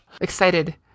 excited